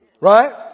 Right